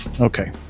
Okay